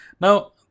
Now